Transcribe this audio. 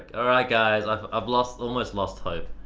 alright, guys. i've um lost almost lost hope.